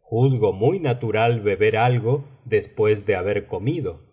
juzgo muy natural beber algo después de haber comido y